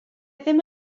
ddim